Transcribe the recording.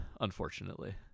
unfortunately